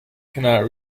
cannot